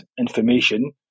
information